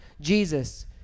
Jesus